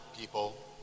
people